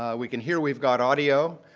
ah we can hear we've got audio.